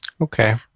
Okay